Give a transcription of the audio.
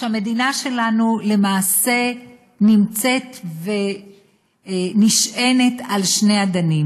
שהמדינה שלנו למעשה נמצאת ונשענת על שני אדנים.